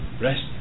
rest